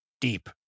deep